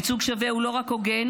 ייצוג שווה הוא לא רק הוגן,